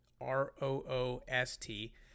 r-o-o-s-t